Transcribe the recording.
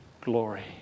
glory